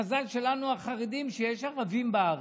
המזל שלנו, החרדים, הוא שיש ערבים בארץ.